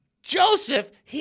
Joseph